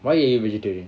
why are you vegetarian